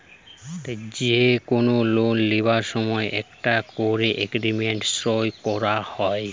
যে কুনো লোন লিবার সময় একটা কোরে এগ্রিমেন্ট সই কোরা হয়